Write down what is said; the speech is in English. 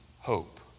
hope